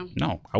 No